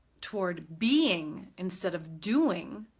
toward being instead of doing.